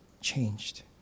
changed